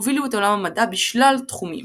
הובילו את עולם המדע בשלל תחומים,